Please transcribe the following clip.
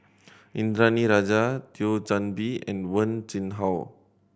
Indranee Rajah Thio Chan Bee and Wen Jinhua